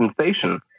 sensation